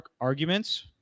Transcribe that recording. arguments